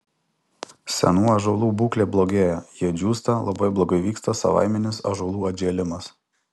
senų ąžuolų būklė blogėja jie džiūsta labai blogai vyksta savaiminis ąžuolų atžėlimas